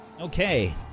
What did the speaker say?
Okay